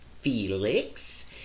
Felix